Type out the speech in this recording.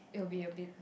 it will be a bit